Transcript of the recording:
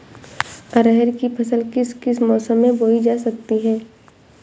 अरहर की फसल किस किस मौसम में बोई जा सकती है?